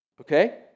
Okay